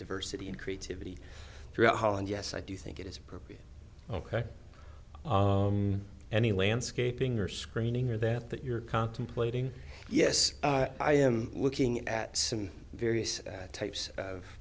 diversity and creativity throughout holland yes i do think it is appropriate ok any landscaping or screening or that that you're contemplating yes i am looking at some various types of